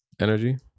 energy